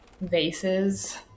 vases